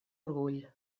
orgull